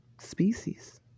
species